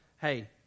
hey